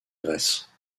grèce